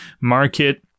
market